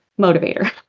motivator